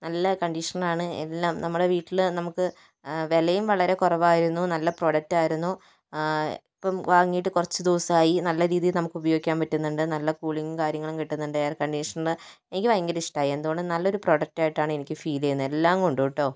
നല്ല കണ്ടീഷന് ആണ് നമ്മുടെ വീട്ടില് നമുക്ക് വിലയും വളരെ കുറവായിരുന്നു നല്ല പ്രൊഡക്റ്റ് ആയിരുന്നു ഇപ്പം വാങ്ങിയിട്ട് കുറച്ച് ദിവസമായി നല്ലരീതിയില് നമുക്ക് ഉപയോഗിക്കാന് പറ്റുന്നുണ്ട് നല്ല കൂളിങ്ങും കാര്യങ്ങളും കിട്ടുന്നുണ്ട് എയര് കണ്ടീഷണര് എനിക്ക് ഭയങ്കര ഇഷ്ടമായി എന്തുകൊണ്ടും നല്ലൊരു പ്രൊഡക്റ്റായിട്ടാണ് എനിക്ക് ഫീല് ചെയ്യുന്നത് എല്ലാം കൊണ്ടും കെട്ടോ